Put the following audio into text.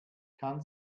kann